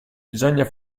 bisogna